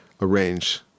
arrange